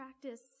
practice